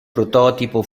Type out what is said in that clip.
prototipo